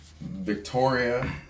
Victoria